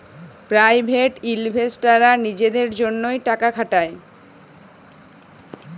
private ইলভেস্টাররা লিজেদের জ্যনহে টাকা খাটায়